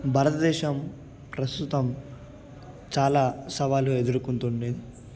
భారతదేశం ప్రస్తుతం చాలా సవాలు ఎదుర్కొంటుండేది